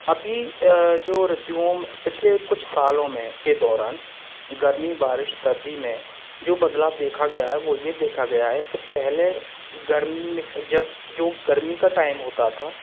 अभी जो ऋतुओं पिछले कुछ सालों में के दौरान गर्मी बारिश सर्दी में जो बदलाव देखा गया है वह यह देखा गया है कि पहले गर्मी में जब जो गर्मी का टाइम होता था